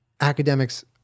academics